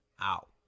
out